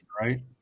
right